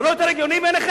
זה לא יותר הגיוני בעיניכם?